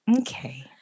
okay